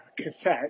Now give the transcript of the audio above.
cassette